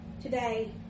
Today